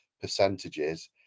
percentages